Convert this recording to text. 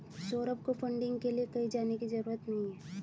सौरभ को फंडिंग के लिए कहीं जाने की जरूरत नहीं है